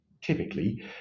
Typically